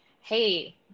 Hey